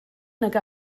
nag